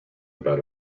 about